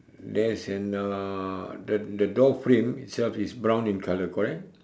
there's an uh the the door frame itself is brown in colour correct